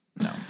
No